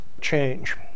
change